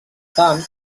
tant